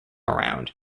around